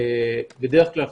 בדרך כלל,